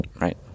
Right